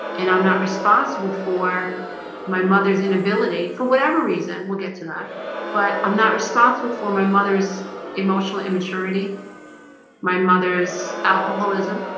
and i'm not responsible for my mother's inability for whatever reason we'll get to that but i'm not responsible for my mother's emotional immaturity my mother's alcoholism